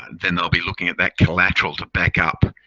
and then they'll be looking at that collateral to back up.